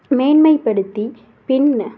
மேன்மைப்படுத்தி பின்ன